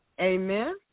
Amen